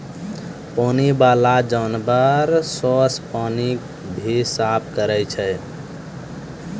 पानी बाला जानवर सोस पानी के भी साफ करै छै